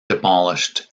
demolished